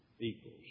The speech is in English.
equals